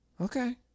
Okay